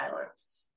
violence